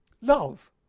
love